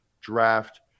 Draft